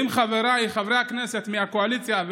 ואם חבריי חברי הכנסת מהקואליציה,